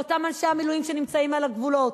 לאותם אנשי המילואים שנמצאים על הגבולות.